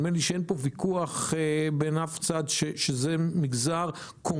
נדמה לי שאין כאן ויכוח בין אף צד שזה מגזר קונקרטי,